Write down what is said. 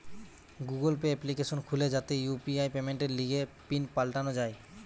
Google Pay application খুলে যাতে UPI পেমেন্টের লিগে পিন পাল্টানো যায়